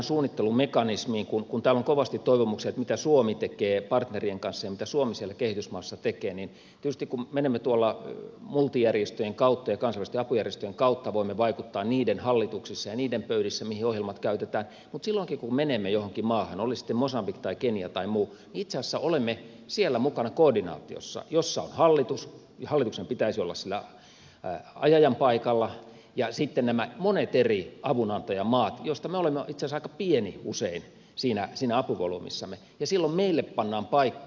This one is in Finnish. kun täällä on kovasti toivomuksia mitä suomi tekee partnerien kanssa ja mitä suomi siellä kehitysmaissa tekee niin tietysti kun menemme tuolla multijärjestöjen kautta ja kansainvälisten apujärjestöjen kautta voimme vaikuttaa niiden hallituksissa ja niiden pöydissä mihin ohjelmat käytetään mutta silloinkin kun menemme johonkin maahan oli se sitten mosambik tai kenia tai muu itse asiassa olemme siellä mukana koordinaatiossa jossa on hallitus ja hallituksen pitäisi olla sillä ajajan paikalla ja sitten nämä monet eri avunantajamaat joista me olemme itse asiassa aika pieni usein siinä apuvolyymissamme ja silloin meille pannaan paikka